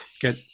Good